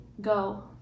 Go